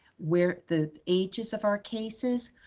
where the ages of our cases,